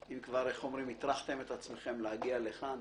עם המחאה של נשות ישראל שמתקיימת היום ברחבי